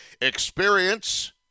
experience